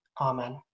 amen